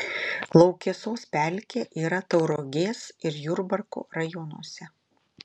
laukesos pelkė yra tauragės ir jurbarko rajonuose